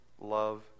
love